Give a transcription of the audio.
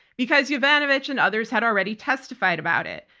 because yovanovitch and others had already testified about it.